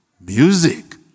music